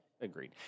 Agreed